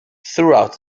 throughout